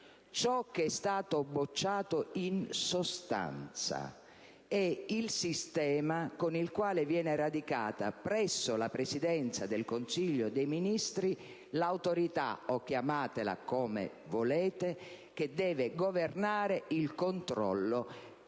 ciò che è stato bocciato è il sistema con il quale viene radicata presso la Presidenza del Consiglio dei ministri l'Autorità - o chiamatela come volete - che deve governare il controllo